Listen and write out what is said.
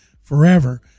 forever